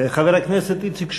חבר הכנסת איציק שמולי,